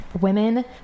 women